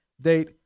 date